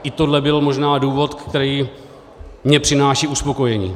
I tohle byl možná důvod, který mi přináší uspokojení.